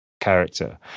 character